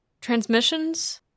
transmissions